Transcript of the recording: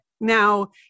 Now